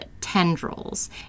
tendrils